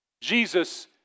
Jesus